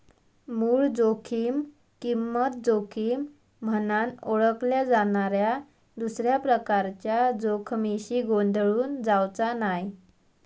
मूळ जोखीम किंमत जोखीम म्हनान ओळखल्या जाणाऱ्या दुसऱ्या प्रकारच्या जोखमीशी गोंधळून जावचा नाय